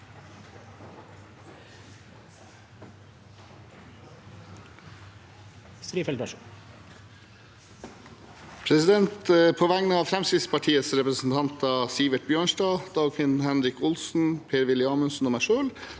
På vegne av Fremskrittspartiets representanter Sivert Bjørnstad, Dagfinn Henrik Olsen, Per-Willy Amundsen og meg selv